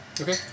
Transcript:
Okay